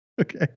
Okay